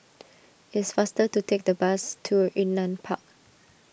is faster to take the bus to Yunnan Park